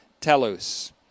TELUS